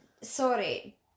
sorry